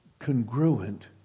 congruent